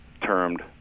termed